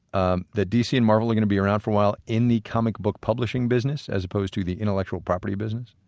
ah dc and marvel are going to be around for a while in the comic book publishing business as opposed to the intellectual property business?